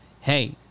hey